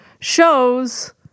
shows